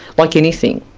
like anything,